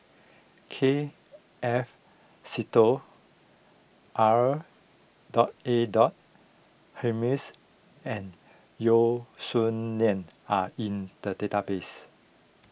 K F Seetoh R dot A dot Hamid and Yeo Song Nian are in the database